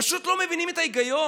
פשוט לא מבינים את ההיגיון.